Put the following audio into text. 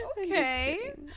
Okay